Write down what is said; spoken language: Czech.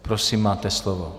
Prosím, máte slovo.